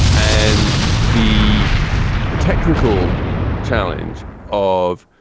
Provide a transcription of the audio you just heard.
and the technical challenge of.